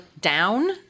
down